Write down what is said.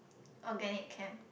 organic chem